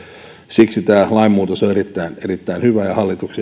siksi tämä lainmuutos on erittäin erittäin hyvä ja